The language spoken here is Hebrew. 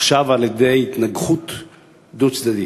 עכשיו, על-ידי התנגחות דו-צדדית.